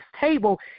table